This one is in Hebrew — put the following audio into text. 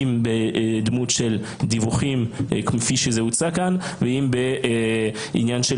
אם בדמות של דיווחים כפי שזה הוצע כאן ואם בעניין של